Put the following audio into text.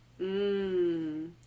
Mmm